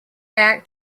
back